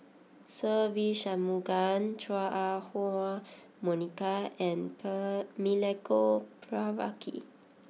Se Ve Shanmugam Chua Ah Huwa Monica and Milenko Prvacki